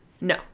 no